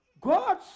God